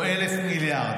או 1,000 מיליארד,